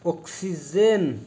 oxygen